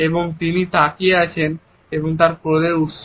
এবং তিনি তাকিয়ে আছেন এবং তার ক্রোধের উৎস